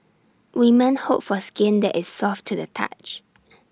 women hope for skin that is soft to the touch